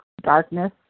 darkness